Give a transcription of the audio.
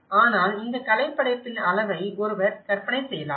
ஆனால் இந்த கலைப்படைப்பின் அளவை ஒருவர் கற்பனை செய்யலாம்